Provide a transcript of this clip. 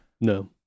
no